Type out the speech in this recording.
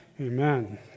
Amen